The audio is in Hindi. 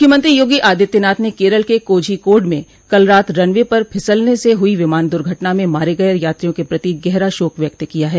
मुख्यमंत्री योगी आदित्यनाथ ने केरल के कोझीकोड में कल रात रनवे पर फिसलने से हुई विमान दुर्घटना में मारे गये यात्रियों के प्रति गहरा शोक व्यक्त किया है